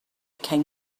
came